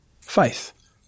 Faith